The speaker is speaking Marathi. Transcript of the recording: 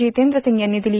जितेंद्र सिंग यांनी दिली